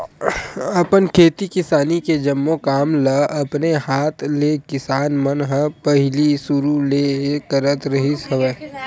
अपन खेती किसानी के जम्मो काम ल अपने हात ले किसान मन ह पहिली सुरु ले करत रिहिस हवय